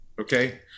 okay